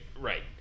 Right